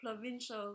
provincial